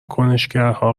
کنشگرها